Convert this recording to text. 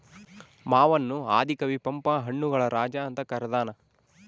ಮಾವನ್ನು ಆದಿ ಕವಿ ಪಂಪ ಹಣ್ಣುಗಳ ರಾಜ ಅಂತ ಕರದಾನ